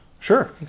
sure